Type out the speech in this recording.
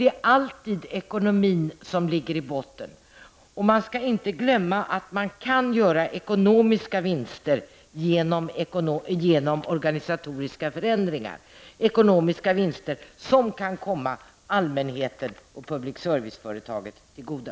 Det är alltid ekonomin som ligger i botten, och man skall inte glömma att man kan göra ekonomiska vinster genom organisatoriska förändringar, vinster som kan komma allmänheten och public service-företaget till godo.